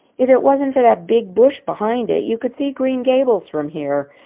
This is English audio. if it wasn't for that big bush behind it you could see green gables from here.